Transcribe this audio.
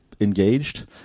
engaged